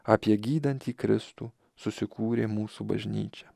apie gydantį kristų susikūrė mūsų bažnyčia